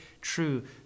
true